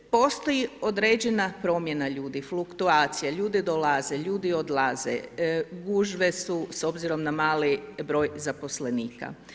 Postoji određena promjena ljudi, fluktuacija, ljudi dolaze, ljudi odlaze, gužve su s obzirom na mali br. zaposlenika.